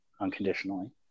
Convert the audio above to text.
unconditionally